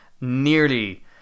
nearly